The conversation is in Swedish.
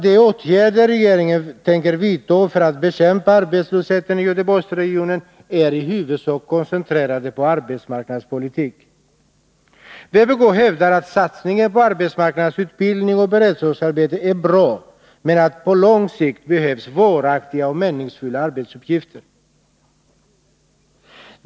De åtgärder regeringen tänker vidta för att bekämpa arbetslösheten i Göteborgsregionen är i huvudsak koncentrerade på arbetsmarknadspolitik. Vpk hävdar att satsningen på arbetsmarknadsutbildning och beredskapsarbeten är bra, men att det på lång sikt behövs varaktiga och meningsfulla arbetsuppgifter.